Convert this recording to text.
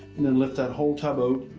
and then lift that whole tub out.